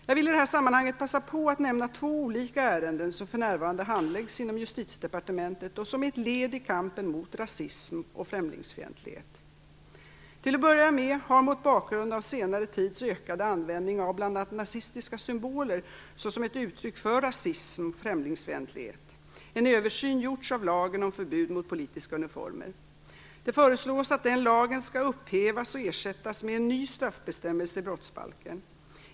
Jag vill i detta sammanhang passa på att nämna två olika ärenden som för närvarande handläggs inom Justitiedepartementet som ett led i kampen mot rasism och främlingsfientlighet. Till att börja med har, mot bakgrund av senare tids ökade användning av bl.a. nazistiska symboler som ett uttryck för rasism och främlingsfientlighet, en översyn gjorts av lagen om förbud mot politiska uniformer. Det föreslås att den lagen skall upphävas och ersättas med en ny straffbestämmelse i brottsbalken.